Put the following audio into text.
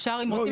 אפשר אם רוצים,